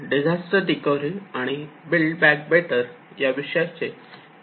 disaster recovery and build back better course मध्ये आपले स्वागत आहे